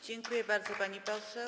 Dziękuję bardzo, pani poseł.